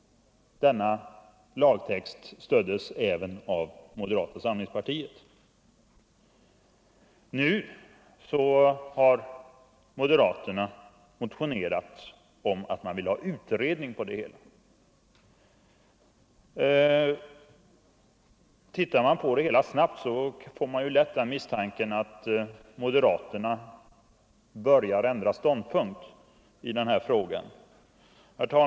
Denna lagtext stöddes även av moderata samlingspartiet. Nu har moderaterna motionerat om en utredning på detta område. Tittar man snabbt på deras framställningar misstänker man lätt att moderaterna börjat ändra ståndpunkt i den här frågan.